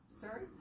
Sorry